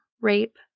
rape